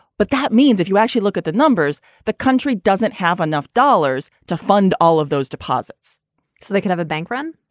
but that means if you actually look at the numbers, the country doesn't have enough dollars to fund all of those deposits so they can have a bank run.